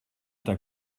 t’a